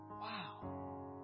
Wow